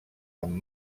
amb